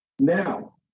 Now